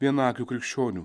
vienaakių krikščionių